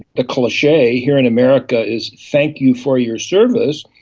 the cliche here in america is thank you for your service,